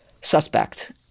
suspect